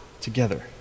together